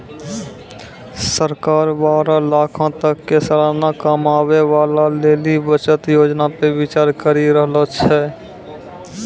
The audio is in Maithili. सरकार बारह लाखो तक के सलाना कमाबै बाला लेली बचत योजना पे विचार करि रहलो छै